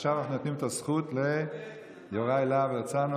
עכשיו אנחנו נותנים את הזכות ליוראי להב הרצנו.